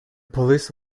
police